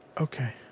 okay